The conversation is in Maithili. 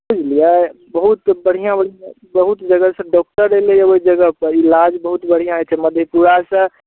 बुझलियै बहुत बढ़िआँ बढ़िआँ बहुत जगहसँ डॉक्टर अयलैय ओइ जगहपर इलाज बहुत बढ़िआँ हइ छै मधेपुरासँ